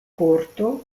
corto